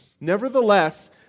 Nevertheless